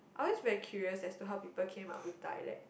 I always very curious as to how people came out with dialect